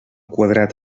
quadrat